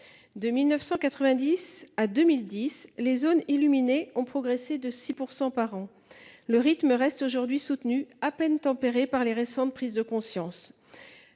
De 1990 à 2010 les zones illuminés ont progressé de 6% par an le rythme reste aujourd'hui soutenu à peine tempérée par les récentes prises de conscience.